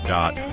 dot